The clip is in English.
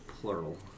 plural